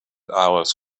hours